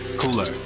cooler